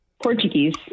Portuguese